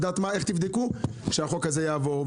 תבדקו כשהחוק הזה יעבור,